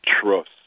trust